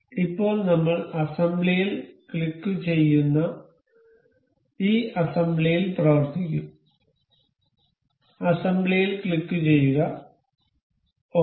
അതിനാൽ ഇപ്പോൾ നമ്മൾ അസംബ്ലിയിൽ ക്ലിക്കുചെയ്യുന്ന ഈ അസംബ്ലിയിൽ പ്രവർത്തിക്കും അസംബ്ലിയിൽ ക്ലിക്കുചെയ്യുക ശരി